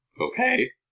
Okay